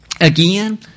Again